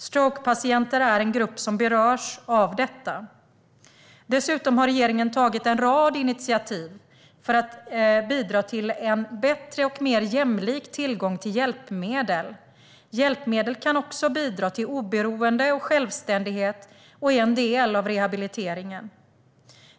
Strokepatienter är en grupp som berörs av detta. Dessutom har regeringen tagit en rad initiativ för att bidra till en bättre och mer jämlik tillgång till hjälpmedel. Hjälpmedel kan bidra till oberoende och självständighet och är en del av rehabiliteringen.